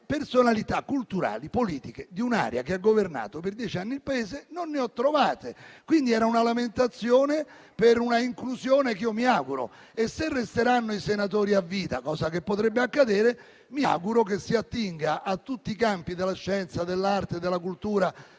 personalità culturali e politiche di un'area che ha governato per dieci anni il Paese. Era una lamentazione per una inclusione che io mi auguro. Se resteranno i senatori a vita, cosa che potrebbe accadere, mi auguro che si attinga a tutti i campi della scienza, dell'arte, della cultura